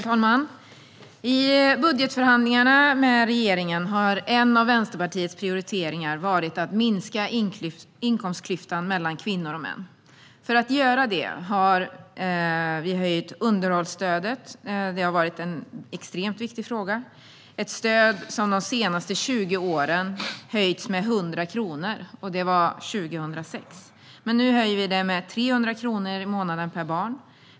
Herr talman! I budgetförhandlingarna med regeringen har en av Vänsterpartiets prioriteringar varit att minska inkomstklyftan mellan kvinnor och män. För att göra det har vi höjt underhållsstödet. Det har varit en extremt viktig fråga. Det är ett stöd som de senaste 20 åren har höjts med 100 kronor, och det var 2006. Nu höjer vi det med 300 kronor i månaden per barn.